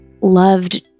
loved